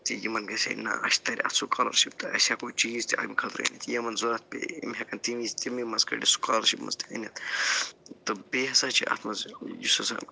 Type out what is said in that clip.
زِ یِمَن گژھِ نہ اَسہِ تَرِ اَتھ سُکالَرشِپ تہٕ أسی ہٮ۪کَو چیٖز تہِ أمۍ خٲطرٕ أنِتھ یہِ یِمَن ضورَتھ پٮ۪یہِ یِم ہٮ۪کَن تٔمۍ وِزِ تٔمی منٛز کٔڑِتھ سُکالَرشِپ منٛز أنِتھ تہٕ بیٚیہِ ہسا چھِ اَتھ منٛز یُس ہسا